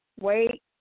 Wait